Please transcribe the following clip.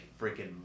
freaking